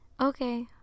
Okay